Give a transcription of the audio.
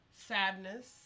sadness